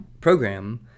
program